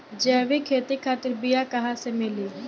जैविक खेती खातिर बीया कहाँसे मिली?